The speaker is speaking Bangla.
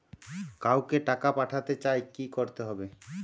কাউকে টাকা পাঠাতে চাই কি করতে হবে?